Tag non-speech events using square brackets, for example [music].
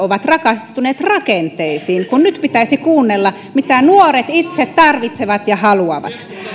[unintelligible] ovat rakastuneet rakenteisiin kun nyt pitäisi kuunnella mitä nuoret itse tarvitsevat ja haluavat